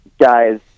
guys